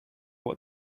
what